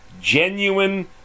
genuine